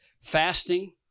Fasting